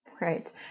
Right